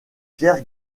pierre